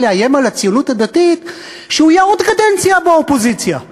לאיים על הציונות הדתית הוא יהיה עוד קדנציה באופוזיציה.